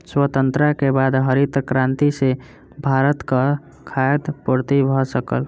स्वतंत्रता के बाद हरित क्रांति सॅ भारतक खाद्य पूर्ति भ सकल